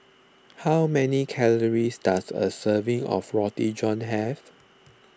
how many calories does a serving of Roti John have